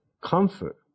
comfort